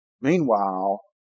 Meanwhile